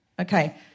Okay